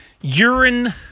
urine